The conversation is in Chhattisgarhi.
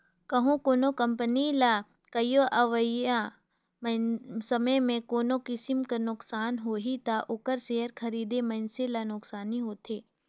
कहों कोनो कंपनी ल कहों अवइया समे में कोनो किसिम कर नोसकान होही ता ओकर सेयर खरीदे मइनसे ल नोसकानी होथे